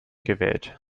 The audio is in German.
gewählt